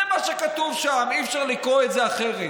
זה מה שכתוב שם, אי-אפשר לקרוא את זה אחרת.